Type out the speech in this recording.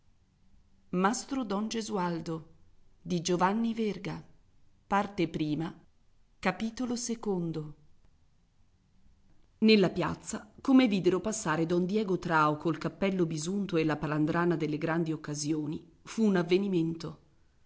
e parenti a certa età le ragazze bisogna maritarle nella piazza come videro passare don diego trao col cappello bisunto e la palandrana delle grandi occasioni fu un avvenimento